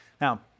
Now